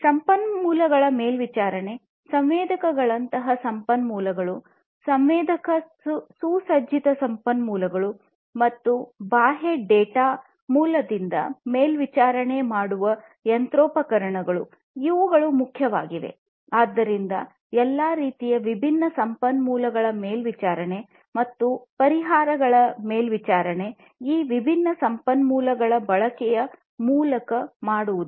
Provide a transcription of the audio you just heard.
ಸಂಪನ್ಮೂಲಗಳ ಮೇಲ್ವಿಚಾರಣೆ ಸಂವೇದಕಗಳಂತಹ ಸಂಪನ್ಮೂಲಗಳು ಸಂವೇದಕ ಸುಸಜ್ಜಿತ ಸಂಪನ್ಮೂಲಗಳು ಮತ್ತು ಬಾಹ್ಯ ಡೇಟಾ ಮೂಲಗಳಿಂದ ಮೇಲ್ವಿಚಾರಣೆ ಮಾಡುವ ಯಂತ್ರೋಪಕರಣಗಳು ಇವುಗಳು ಮುಖ್ಯವಾಗಿವೆ ಆದ್ದರಿಂದ ಎಲ್ಲಾ ರೀತಿಯ ವಿಭಿನ್ನ ಸಂಪನ್ಮೂಲಗಳ ಮೇಲ್ವಿಚಾರಣೆ ಮತ್ತು ಪರಿಣಾಮಗಳ ಮೇಲ್ವಿಚಾರಣೆ ಈ ವಿಭಿನ್ನ ಸಂಪನ್ಮೂಲಗಳ ಬಳಕೆಯ ಮೂಲಕ ಮಾಡುವುದು